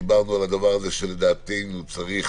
דיברנו על כך שלדעתנו צריך